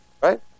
Right